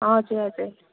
हजुर हजुर